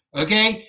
okay